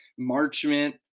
Marchment